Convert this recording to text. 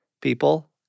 people